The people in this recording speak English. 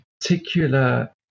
particular